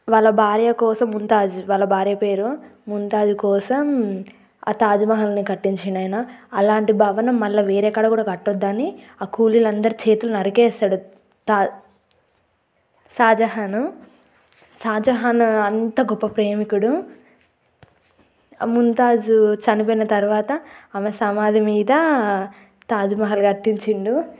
వాళ్ళ భార్య కోసం ముంతాజ్ వాళ్ళ భార్య పేరు ముంతాజ్ కోసం ఆ తాజ్మహల్ని కట్టించాడు ఆయన అలాంటి భవనం మళ్ళీ వేరే కాడా కట్టొద్దని ఆ కూలీలందరి చేతులు నరికేశాడు తా షాజహాన్ షాజహాన్ అంత గొప్ప ప్రేమికుడు ముంతాజ్ చనిపోయిన తర్వాత ఆమె సమాధి మీద తాజ్మహల్ కట్టించాడు